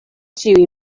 ĉiuj